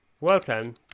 welcome